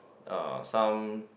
uh some